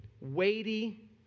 weighty